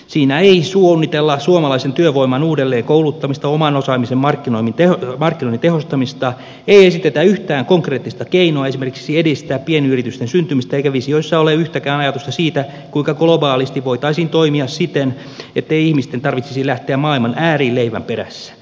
siinä ei suunnitella suomalaisen työvoiman uudelleenkouluttamista oman osaamisen markkinoinnin tehostamista ei esitetä yhtään konkreettista keinoa esimerkiksi edistää pienyritysten syntymistä eikä visioissa ole yhtäkään ajatusta siitä kuinka globaalisti voitaisiin toimia siten ettei ihmisten tarvitsisi lähteä maailman ääriin leivän perässä